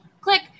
Click